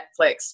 Netflix